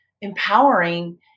empowering